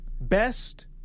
Best